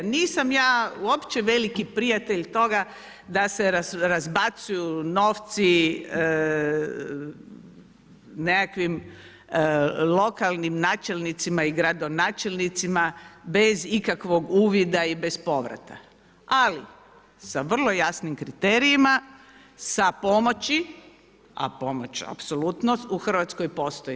Nisam ja uopće veliki prijatelj toga da se razbacuju novci nekakvim lokalnim načelnicima i gradonačelnicima bez ikakvog uvida i bez povrata ali sa vrlo jasnim kriterijima, sa pomoći a pomoć apsolutno u Hrvatskoj postoji.